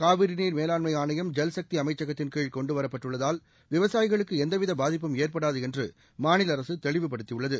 காவிரி நீர் மேலாண்மை ஆணையம் ஜல்சக்தி அமைச்சகத்தின்கீழ் கொண்டு வரப்பட்டுள்ளதால் விவசாயிகளுக்கு எந்தவித பாதிப்பும் ஏற்படாது என்று மாநில அரசு தெளிவுபடுத்தியுள்ளது